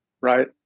right